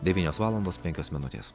devynios valandos penkios minutės